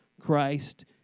Christ